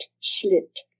slit